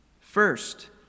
First